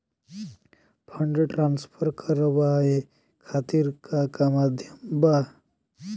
Fund transfer करवाये खातीर का का माध्यम बा?